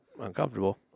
uncomfortable